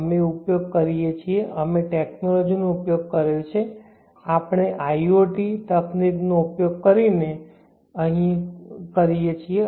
અમે ઉપયોગ કરીએ છીએ અમે ટેકનોલોજીનો ઉપયોગ કર્યો છે આપણે IOT તકનીક નો ઉપયોગ કરીએ છીએ